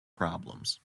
problems